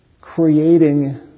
creating